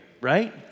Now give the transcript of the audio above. right